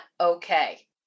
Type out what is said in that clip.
okay